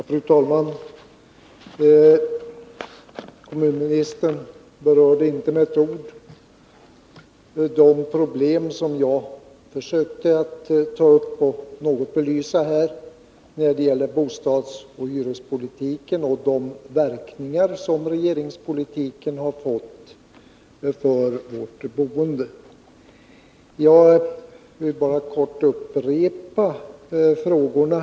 Fru talman! Kommunministern berörde inte med ett ord de problem som jag försökte att något belysa och som gäller bostadsoch hyrespolitiken och de verkningar som regeringspolitiken har fått för vårt boende. Jag vill därför kortfattat upprepa frågorna.